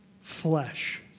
flesh